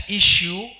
issue